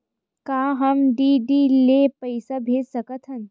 का हम डी.डी ले पईसा भेज सकत हन?